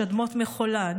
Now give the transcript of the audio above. שדמות מחולה,